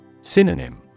Synonym